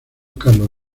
carlos